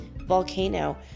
volcano